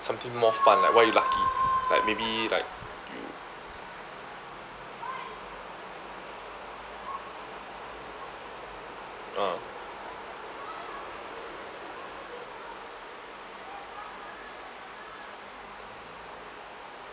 something more fun like why you're lucky like maybe like you ah